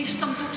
להשתמטות,